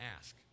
ask